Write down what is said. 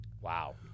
Wow